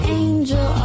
angel